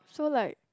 so like